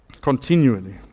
continually